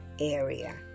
area